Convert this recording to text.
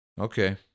Okay